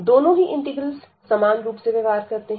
दोनों ही इंटीग्रल्स समान रूप से व्यवहार करते हैं